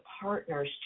partners